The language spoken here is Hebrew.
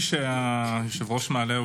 תודה רבה.